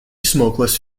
smokeless